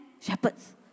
shepherds